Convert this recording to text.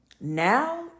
now